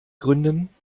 gründen